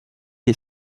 est